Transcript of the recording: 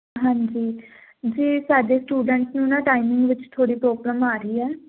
ਹਾਂਜੀ ਜੀ ਸਾਡੇ ਸਟੂਡੈਂਟਸ ਨੂੰ ਨਾ ਟਾਈਮਿੰਗ ਵਿੱਚ ਥੋੜੀ ਪ੍ਰੋਬਲਮ ਆ ਰਹੀ ਆ